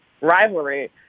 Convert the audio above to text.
rivalry